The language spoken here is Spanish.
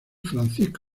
francisco